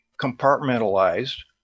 compartmentalized